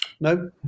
No